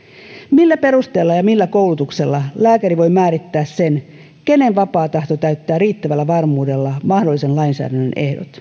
millä perusteella ja millä koulutuksella lääkäri voi määrittää sen kenen vapaa tahto täyttää riittävällä varmuudella mahdollisen lainsäädännön ehdot